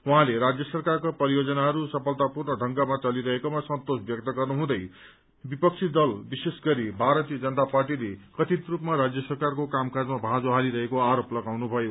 उहाँले राज्य सरकारका परियोजनाहरू सफलता पूर्ण ढंगमा चलिरहेकोमा सन्तोष व्यक्त गर्नुहुँदै विपक्षी दल विशेष गरी भारतीय जनता पार्टीले कथित रूपमा राज्य सरकारको कामकाजमा भाँजो हालिरहेको आरोप लगाउनुभयो